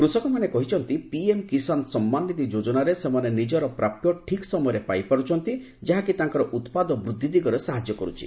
କୃଷକମାନେ କହିଛନ୍ତି ପିଏମ୍ କିଷାନ ସମ୍ମାନନିଧି ଯୋଜନାରେ ସେମାନେ ନିଜର ପ୍ରାପ୍ୟ ଠିକ୍ ସମୟରେ ପାଇପାରୁଛନ୍ତି ଯାହାକି ତାଙ୍କର ଉତ୍ପାଦ ବୃଦ୍ଧି ଦିଗରେ ସାହାଯ୍ୟ କରୁଛି